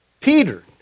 Peter